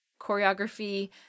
choreography